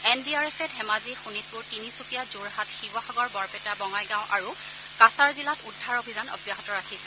N D R এফে ধেমাজি শোণিতপূৰ তিনিচুকীয়া যোৰহাট শিৱসাগৰ বৰপেটা বঙাইগাঁও আৰু কাছাৰ জিলাত উদ্ধাৰ অভিযান অব্যাহত ৰাখিছে